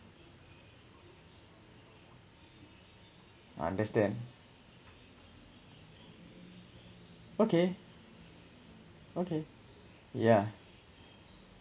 understand okay okay yeah